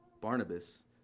Barnabas